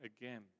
again